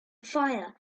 fire